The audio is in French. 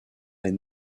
est